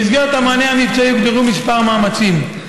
במסגרת המענה המבצעי הוגדרו כמה מאמצים: